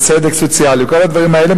של צדק סוציאלי וכל הדברים האלה,